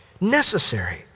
necessary